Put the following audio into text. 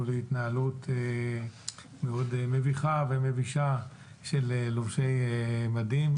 להתנהלות מאוד מביכה ומבישה של לובשי מדים.